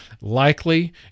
likely